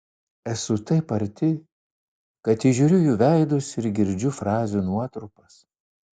esu taip arti kad įžiūriu jų veidus ir girdžiu frazių nuotrupas